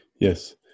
Yes